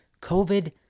COVID